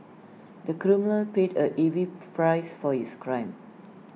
the criminal paid A heavy price for his crime